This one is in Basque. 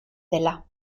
dela